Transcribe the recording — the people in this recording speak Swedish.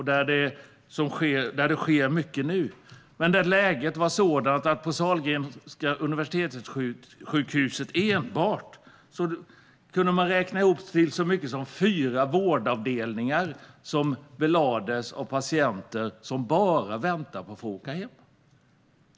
Där sker det mycket nu, men på Sahlgrenska Universitetssjukhuset var det så många som fyra vårdavdelningar som var belagda av patienter som bara väntade på att få att åka hem.